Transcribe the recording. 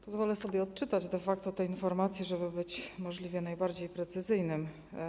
Pozwolę sobie odczytać de facto te informacje, żeby być możliwie najbardziej precyzyjną.